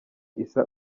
issa